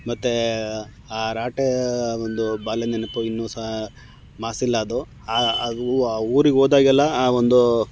ಮತ್ತೆ ಆ ರಾಟೆ ಒಂದು ಬಾಲ್ಯದ ನೆನಪು ಇನ್ನೂ ಸಹ ಮಾಸಿಲ್ಲ ಅದು ಆ ಅದು ಆ ಊರಿಗೆ ಹೋದಾಗೆಲ್ಲ ಆ ಒಂದು